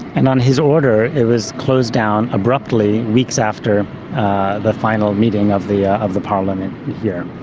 and on his order it was closed down abruptly weeks after the final meeting of the ah of the parliament here.